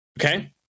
okay